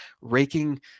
raking